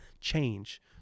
change